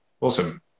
Awesome